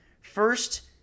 First